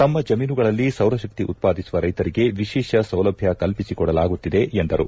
ತಮ್ಮ ಜಮೀನುಗಳಲ್ಲಿ ಸೌರಶಕ್ತಿ ಉತ್ಪಾದಿಸುವ ರೈತರಿಗೆ ವಿಶೇಷ ಸೌಲಭ್ಯ ಕಲ್ಪಿಸಕೊಡಲಾಗುತ್ತಿದೆ ಎಂದರು